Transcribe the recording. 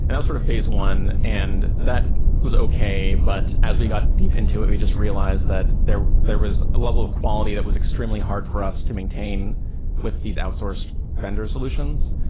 and sort of phase one, and that was okay, but as we got deep into it, we just realized that there there was a level of quality that was extremely hard for us to maintain with these outsourced vendor solutions.